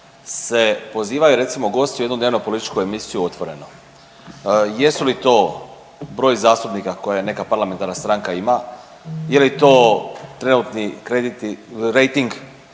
se pozivaju recimo gosti u jednu dnevno-političku emisiju Otvoreno. Jesu li to broj zastupnika koje neka parlamentarna stranka ima, je li to trenutni kreditni rejting